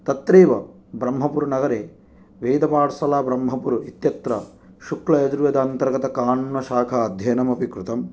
तत्रैव ब्रह्मपुरनगरे वेदपाठशाला ब्रह्मपुर् इत्यत्र शुक्लयजुर्वेदान्तर्गत काण्वशाखा अध्ययनम् अपि कृतम्